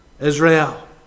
Israel